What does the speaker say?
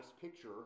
picture